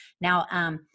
Now